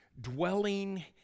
dwelling